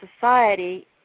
society